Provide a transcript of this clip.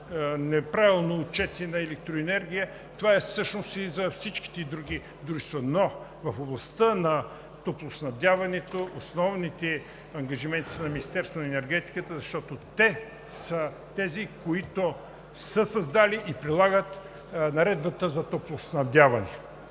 неправилно отчетена електроенергия. Това всъщност е и за всичките други дружества. В областта на топлоснабдяването обаче основните ангажименти са на Министерството на енергетиката, защото те са тези, които са създали и прилагат Наредбата за топлоснабдяване.